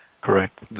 Correct